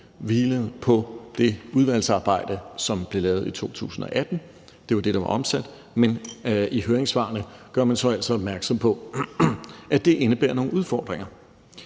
hvilede på det udvalgsarbejde, som blev lavet i 2018 – det var det, der var omsat – men i høringssvarene gør man så altså opmærksom på, at det indebærer nogle udfordringer.